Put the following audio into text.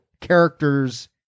characters